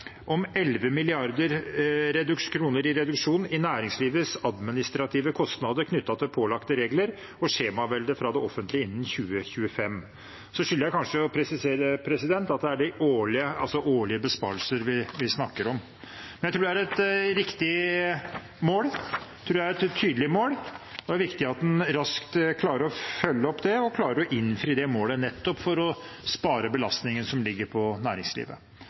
om 11 mrd. kr i reduksjon i næringslivets administrative kostnader knyttet til pålagte regler og skjemavelde fra det offentlige innen 2025. Så skylder jeg kanskje å presisere at det er årlige besparelser vi snakker om. Jeg tror det er et riktig mål, jeg tror det er et tydelig mål, og det er viktig at en raskt klarer å følge det opp og klarer å innfri det målet, nettopp for å spare belastningen som ligger på næringslivet.